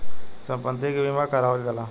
सम्पति के बीमा करावल जाला